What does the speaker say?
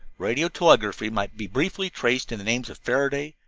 radio-telegraphy might be briefly traced in the names of faraday,